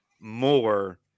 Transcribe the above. more